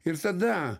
ir tada